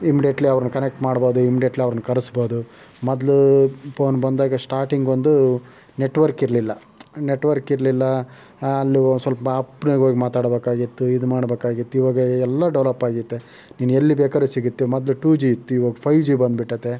immediately ಅವ್ರ್ನ connect ಮಾಡ್ಬೋದು immediately ಅವ್ರ್ನ ಕರೆಸ್ಬೋದು ಮೊದಲು ಪೋನ್ ಬಂದಾಗ ಶ್ಟಾಟಿಂಗ್ ಒಂದು ನೆಟ್ವರ್ಕಿರ್ಲಿಲ್ಲ ನೆಟ್ವರ್ಕಿರ್ಲಿಲ್ಲ ಅಲ್ಲಿ ಒ ಸ್ವಲ್ಪ ಅಪ್ನ್ಯಾಗೆ ಹೋಗಿ ಮಾತಾಡ್ಬೇಕಾಗಿತ್ತು ಇದು ಮಾಡ್ಬೇಕಾಗಿತ್ತು ಇವಾಗ ಎಲ್ಲ ಡೆವಲಪ್ಪಾಗಿದೆ ಇನ್ನೆಲ್ಲಿ ಬೇಕಾರು ಸಿಗುತ್ತೆ ಮೊದಲು ಟು ಜಿ ಇತ್ತು ಇವಾಗ ಫೈವ್ ಜಿ ಬಂದ್ಬಿಟೈತೆ